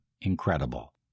incredible